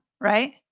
right